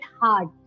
hard